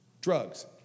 drugs